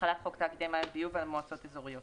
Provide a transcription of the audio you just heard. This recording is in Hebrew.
החלת חוק תאגידי מים וביוב על מועצות אזוריות